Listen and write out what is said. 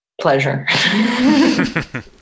pleasure